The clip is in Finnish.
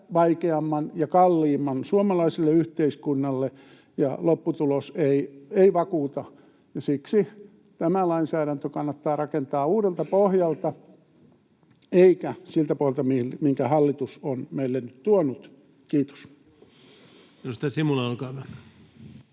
vaikeamman ja kalliimman suomalaiselle yhteiskunnalle, ja lopputulos ei vakuuta. Siksi tämä lainsäädäntö kannattaa rakentaa uudelta pohjalta eikä siltä pohjalta, minkä hallitus on meille nyt tuonut. — Kiitos.